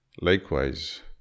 likewise